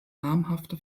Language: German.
namhafte